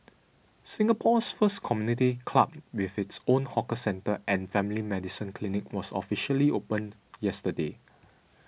Singapore's first community club with its own hawker centre and family medicine clinic was officially opened yesterday